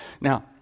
Now